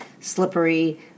slippery